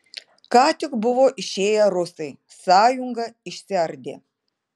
ką tik buvo išėję rusai sąjunga išsiardė